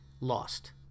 lost